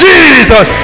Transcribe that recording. Jesus